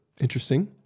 Interesting